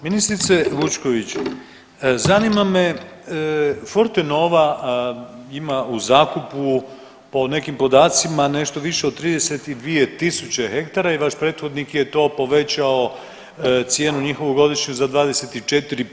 Ministrice Vučković zanima me Fortenova ima u zakupu po nekim podacima nešto više od 32000 ha i vaš prethodnik je to povećao cijenu njihovu godišnju za 24%